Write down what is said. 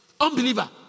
Unbeliever